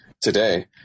today